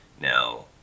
Now